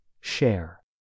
share